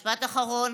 משפט אחרון: